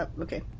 Okay